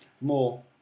more